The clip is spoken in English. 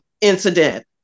incident